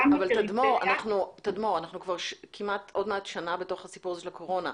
אנחנו עוד מעט שנה בתוך הסיפור הזה של הקורונה.